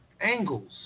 angles